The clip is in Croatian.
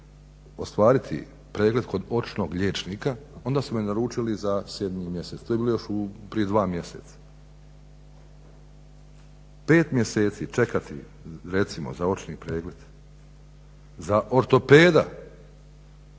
ostvariti pregled kod očnog liječnika onda su me naručili za 7 mjesec. To je bilo još prije 2 mjeseca. 5 mjeseci čekati recimo za očni pregled, za ortopeda